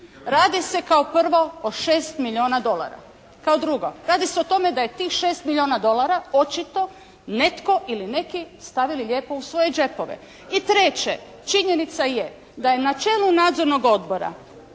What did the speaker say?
Radi se kao prvo o 6 milijuna dolara. Kao drugo radi se o tome da je tih 6 milijuna dolara očito netko ili neki stavili lijepo u svoje džepove. I treće, činjenica je da je na čelu Nadzornog odbora